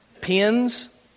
pins